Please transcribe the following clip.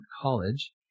College